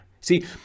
See